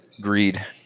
greed